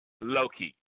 Loki